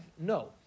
No